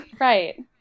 right